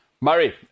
Murray